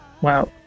Wow